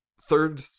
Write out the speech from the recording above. third